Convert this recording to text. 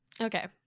okay